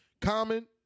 Common